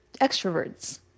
extroverts